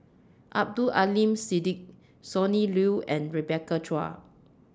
Abdul Aleem Siddique Sonny Liew and Rebecca Chua